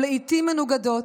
ולעתים מנוגדות,